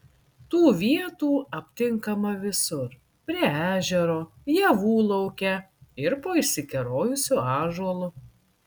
tų vietų aptinkama visur prie ežero javų lauke ir po išsikerojusiu ąžuolu